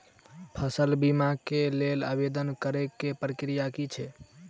फसल बीमा केँ लेल आवेदन करै केँ प्रक्रिया की छै?